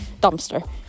dumpster